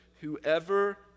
Whoever